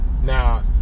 Now